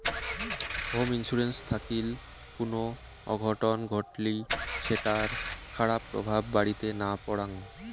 home insurance থাকিল কুনো অঘটন ঘটলি সেটার খারাপ প্রভাব বাড়িতে না পরাং